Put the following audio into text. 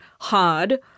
hard